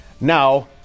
Now